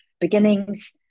beginnings